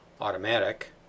automatic